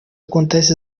acontece